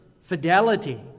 fidelity